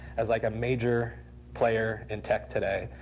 as like a major player in tech today.